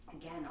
again